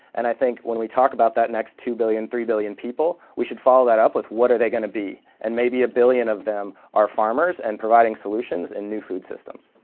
and i think when we talk about that next two billion, three billion people, we should follow that up with, what are they going to be? and maybe a billion of them are farmers and providing solutions and new food systems.